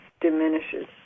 diminishes